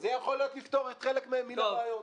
זה יכול לפתור חלק מן הבעיות.